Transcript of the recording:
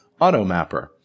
AutoMapper